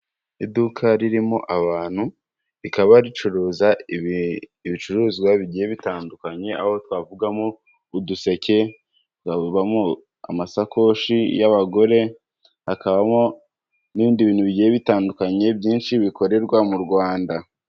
Iduka ririmo abantu, rikaba ricuruza ibicuruzwa bigiye bitandukanye aho twavugamo uduseke, habamo amasakoshi y'abagore, hakabamo n'ibindi bintu bigiye bitandukanye byinshi bikorerwa mu Rwanda.